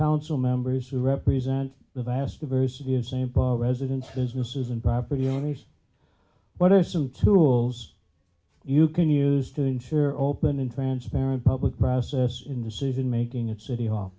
council members who represent the vast diversity of st paul residents businesses and property owners what are some tools you can use to ensure open and transparent public process in decision making at city hall